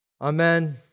Amen